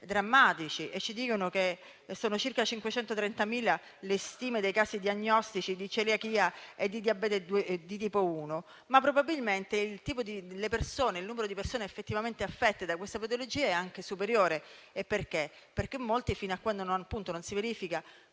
drammatici, rilevando che sono circa 530.000 le stime di casi diagnostici di celiachia e di diabete di tipo 1. Probabilmente però il numero di persone effettivamente affette da questa patologia è anche superiore, perché molti fino a quando non si verifica